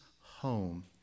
home